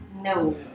No